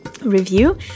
review